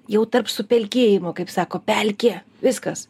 jau tarp supelkėjimo kaip sako pelkė viskas